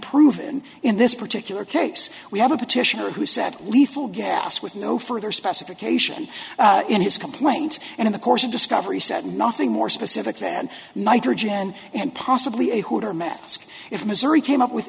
proven in this particular case we have a petitioner who said lethal gas with no further specification in his complaint and in the course of discovery set nothing more specific than nitrogen and possibly a hooter mask if missouri came up with